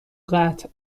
قطع